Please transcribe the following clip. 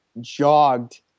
jogged